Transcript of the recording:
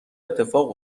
اتفاق